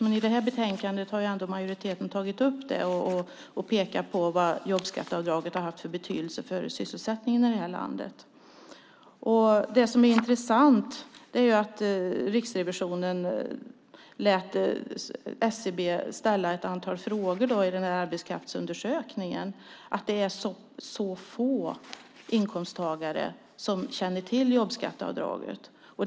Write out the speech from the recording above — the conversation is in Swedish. I det här betänkandet har ändå majoriteten tagit upp det och pekat på vad jobbskatteavdraget har haft för betydelse för sysselsättningen i det här landet. Det som är intressant är att det är så få inkomsttagare som känner till jobbskatteavdraget i den undersökning där Riksrevisionen lät SCB ställa ett antal frågor.